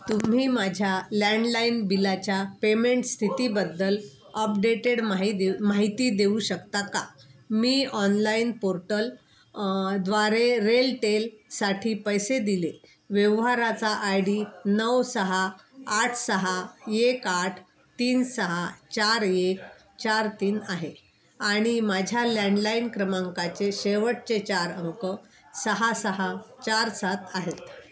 तुम्ही माझ्या लँडलाइन बिलाच्या पेमेंट स्थितीबद्दल अपडेटेड माही दीव माहिती देऊ शकता मी ऑनलाईन पोर्टल द्वारे रेलटेलसाठी पैसे दिले व्यवहाराचा आय डी नऊ सहा आठ सहा एक आठ तीन सहा चार एक चार तीन आहे आणि माझ्या लँडलाईन क्रमांकाचे शेवटचे चार अंक सहा सहा चार सात आहेत